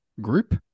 group